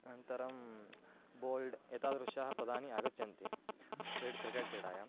अनन्तरं बोल्ड् एतादृशानि पदानि आगच्छन्ति क्रीडा क्रिकेट् क्रीडायाम्